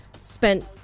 spent